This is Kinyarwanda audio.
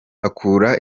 akura